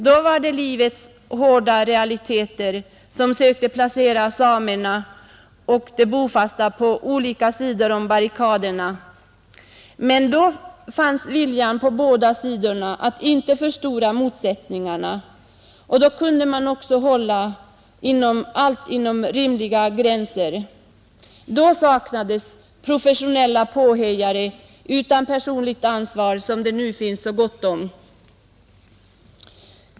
Då var det livets hårda realiteter som sökte placera samerna och de bofasta på olika sidor om barrikaderna. Då fanns viljan på båda sidor att inte förstora motsättningarna, och man kunde hålla allt inom rimliga gränser. Då saknades professionella påhejare utan personligt ansvar, som det nu finns så gott om.